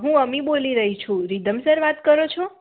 હું અમી બોલી રહી છું રીધમ સર વાત કરો છો